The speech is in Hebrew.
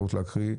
אפשרות להקריא.